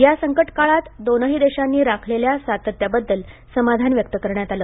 या संकटकाळांत दोनही देशांनी राखलेल्या सातत्याबद्दल समाधान व्यक्त करण्यात आलं